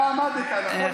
אתה עמדת, נכון?